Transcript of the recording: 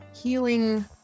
healing